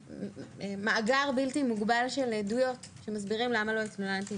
- מאגר בלתי-מוגבל של עדויות שמסבירים למה לא התלוננתי.